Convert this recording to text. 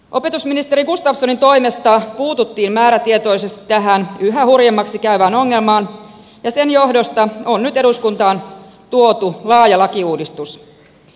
opetusministeri gustafssonin toimesta puututtiin määrätietoisesti tähän yhä hurjemmaksi käyvään ongelmaan ja sen johdosta on nyt eduskuntaan tuotu laaja lakiuudistus